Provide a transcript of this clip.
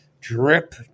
Drip